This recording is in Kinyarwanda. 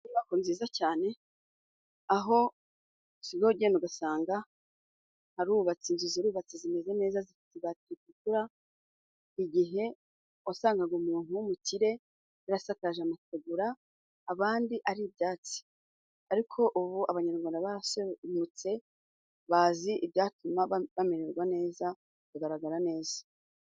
Inyubako nziza cyane aho usigaye ugenda ugasanga harubatse inzu zirubatse zimeze neza zifite ibati ritukura ,igihe wasangaga umuntu w'umukire yarasakaje amategura abandi ari ibyatsi, ariko ubu abanyarwanda barasirimutse bazi ibyatuma bamererwa neza, bagaragara neza.